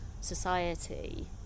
society